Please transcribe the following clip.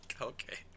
okay